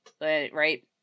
right